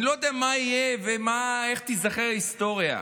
אני לא יודע מה יהיה ואיך ייזכר בהיסטוריה.